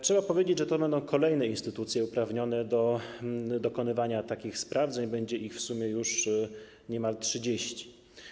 Trzeba powiedzieć, że to będą kolejne instytucje uprawnione do dokonywania takich sprawdzeń, będzie ich w sumie już niemal 30.